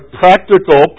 practical